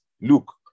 Look